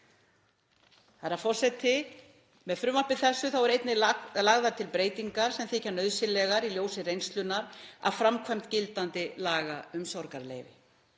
Herra forseti. Með frumvarpi þessu eru einnig lagðar til breytingar sem þykja nauðsynlegar í ljósi reynslunnar af framkvæmd gildandi laga um sorgarleyfi.